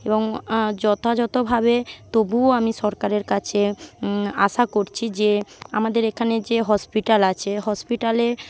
এবং যথাযথভাবে তবুও আমি সরকারের কাছে আশা করছি যে আমাদের এখানে যে হসপিটাল আছে হসপিটালে